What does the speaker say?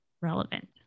relevant